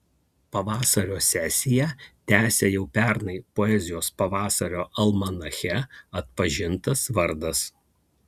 pavasario sesiją tęsia jau pernai poezijos pavasario almanache atpažintas vardas